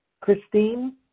Christine